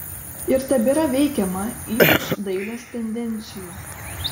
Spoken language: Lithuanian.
ir tebėra veikiama ypač dailės tendencijų